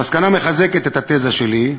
המסקנה מחזקת את התזה שלי,